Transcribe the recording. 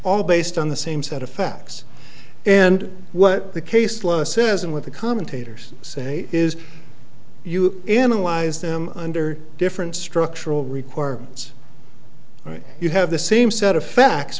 all based on the same set of facts and what the case law says and what the commentators say is you analyze them under different structural requirements right you have the same set of facts